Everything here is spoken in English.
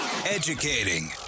educating